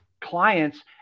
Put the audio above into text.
clients